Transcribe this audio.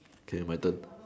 okay my turn